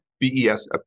BES